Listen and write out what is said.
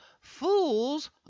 Fool's